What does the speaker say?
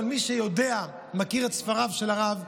אבל מי שיודע ומכיר את ספריו של הרב,